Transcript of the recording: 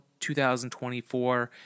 2024